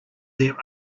their